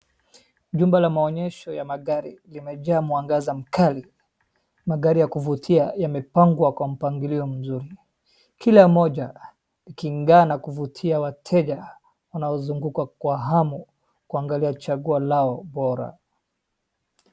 Jumba la maonyesho ya magari limejaa mwangaza mkali. Magari ya kuvutia yamepangwa kwa mpangilio mzuri. kila moja ikingaa na kuvutia wateja wanaozunguka kwa hamu kuangalia chaguo lao bora.